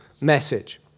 message